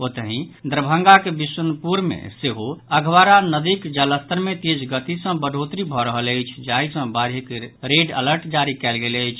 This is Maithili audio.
ओतहि दरभंगाक बिशुनपुर मे सेहो अधवारा नदीक जलस्तर मे तेज गति सँ बढ़ोतरी भऽ रहल अछि जाहि सँ बाढ़िक रेड अलर्ट जारी कयल गेल अछि